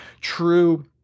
true